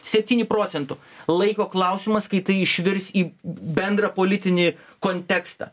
septyni procentų laiko klausimas kai tai išvirs į bendrą politinį kontekstą